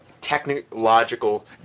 technological